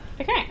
Okay